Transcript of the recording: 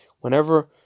whenever